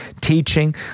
teaching